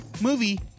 movie